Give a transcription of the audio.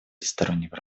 всестороннего